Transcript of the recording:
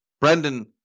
Brendan